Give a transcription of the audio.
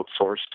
outsourced